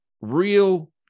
real